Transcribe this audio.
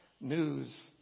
news